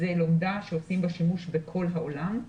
זאת לומדה שעושים בה שימוש בכל העולם.